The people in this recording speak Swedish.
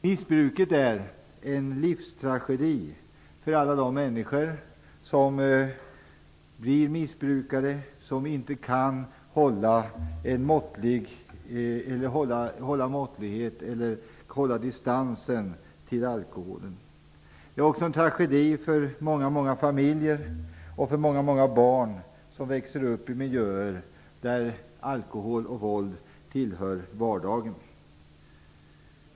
Missbruket är en livstragedi för alla de människor som blir missbrukare, som inte kan hålla måttan eller hålla distansen till alkoholen. Det är också en tragedi för många familjer och för många barn, som växer upp i miljöer där alkohol och våld tillhör vardagen.